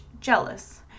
Jealous